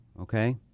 Okay